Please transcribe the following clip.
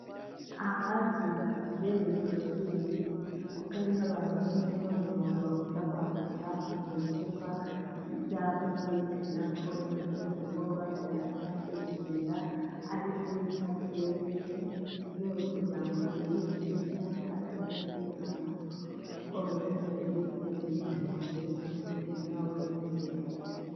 ahazwi nka zebura korosingi kuko harihoho abantu benshi b'abanyamaguru bakunda kwambukira hakunze gushyirwa ibyapa byerekana ko imodoka zigomba guhagarara cyangwasi kugenda aribyo bita feruje, mu rwego rwo kugira ngo hirindwe cyangwa se hakazwe umutekano w'abaturage bagendesha amaguru naho umutekano u wizewe.